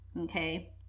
okay